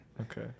Okay